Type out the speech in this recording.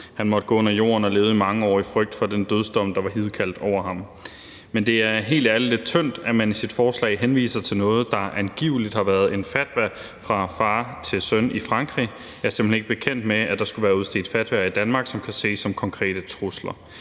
Han måtte gå under jorden og levede i mange år i frygt for den dødsdom, der var nedkaldt over ham. Men det er helt ærligt lidt tyndt, at man i sit forslag henviser til noget, der angiveligt har været en fatwa fra far til søn i Frankrig. Jeg er simpelt hen ikke bekendt med, at der skulle være udstedt fatwaer i Danmark, som kan ses som konkrete trusler.